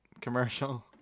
commercial